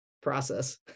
process